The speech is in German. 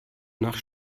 nach